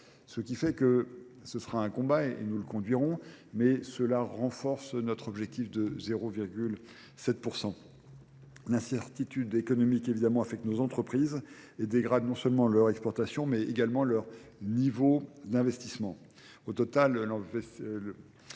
ce qui fait que ce sera un combat et nous le conduirons, mais cela renforce notre objectif de 0,7 %. L'incertitude économique évidemment a fait que nos entreprises dégradent non seulement leur exportation, mais également leur niveau d'investissement. Au total, l'environnement